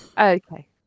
Okay